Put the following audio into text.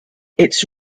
its